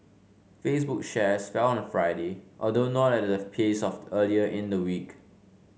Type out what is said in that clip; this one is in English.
Facebook shares fell on Friday although not at the pace of earlier in the week